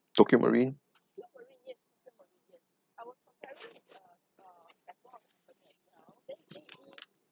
Tokio Marine